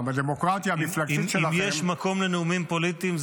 בדמוקרטיה המפלגתית שלכם --- אם יש מקום לנאומים פוליטיים,